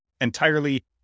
entirely